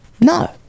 No